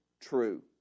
true